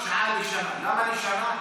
הצענו סעיף